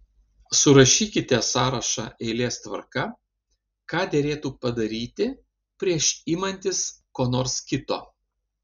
surašykite sąrašą eilės tvarka ką derėtų padaryti prieš imantis ko nors kito